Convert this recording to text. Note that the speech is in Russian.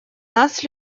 нас